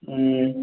ம்